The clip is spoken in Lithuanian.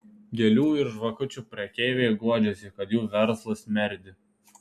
gėlių ir žvakučių prekeiviai guodžiasi kad jų verslas merdi